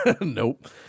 Nope